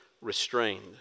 restrained